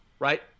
Right